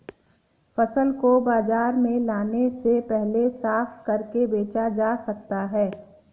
फसल को बाजार में लाने से पहले साफ करके बेचा जा सकता है?